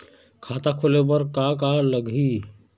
खाता खोले बर का का लगही?